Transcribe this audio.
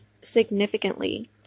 significantly